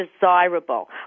desirable